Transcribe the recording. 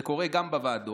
זה קורה גם בוועדות,